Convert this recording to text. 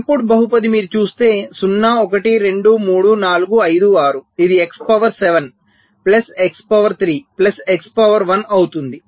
input బహుపది మీరు చూస్తే 0 1 2 3 4 5 6 ఇది x power 7 plus x power 3 plus x power 1 అవుతుంది